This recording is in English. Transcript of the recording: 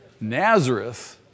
Nazareth